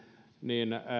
niin